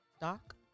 doc